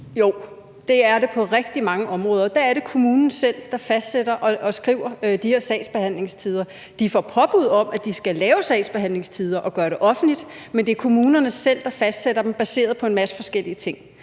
Jo, det er det på rigtig mange områder. Der er det kommunen selv, der fastsætter og skriver de her sagsbehandlingstider. De får påbud om, at de skal fastsætte sagsbehandlingstider og gøre dem offentlige, men det er kommunerne selv, der fastsætter dem baseret på en masse forskellige ting.